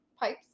pipes